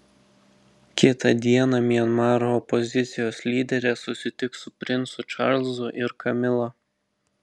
kitą dieną mianmaro opozicijos lyderė susitiks su princu čarlzu ir kamila